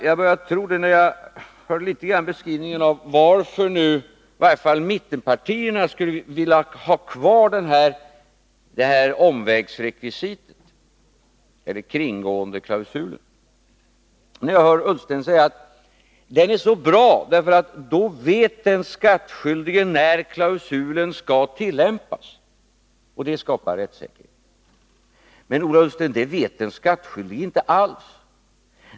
Jag börjar tro det när jag hörde litet om varför i varje fall mittenpartierna skulle vilja ha kvar omvägsrekvisitet eller kringgåendeklausulen. Ola Ullsten sade att den är så bra därför att den skattskyldige då vet när klausulen skall tillämpas — och det skapar rättssäkerhet. Men, Ola Ullsten, det vet den skattskyldige inte alls.